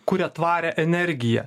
kuria tvarią energiją